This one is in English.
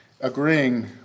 agreeing